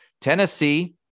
Tennessee –